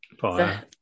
fire